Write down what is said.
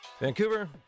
Vancouver